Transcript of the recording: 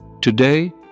Today